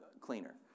cleaner